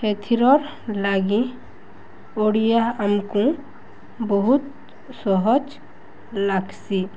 ହେଥିରର୍ ଲାଗି ଓଡ଼ିଆ ଆମ୍କୁ ବହୁତ୍ ସହଜ୍ ଲାଗ୍ସି